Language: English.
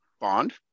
bond